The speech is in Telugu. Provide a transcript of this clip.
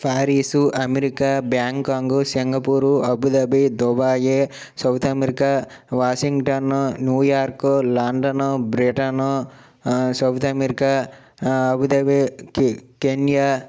Paris America Bangkok Singapore Abu Dhabi Dubai South America వాషింగ్టన్ను New York London Britain South America Abu Dhabi కె కెన్యా